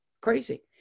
Crazy